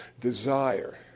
desire